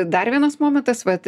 dar vienas momentas vat